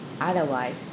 otherwise